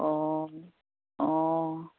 অঁ অঁ